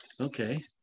Okay